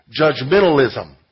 judgmentalism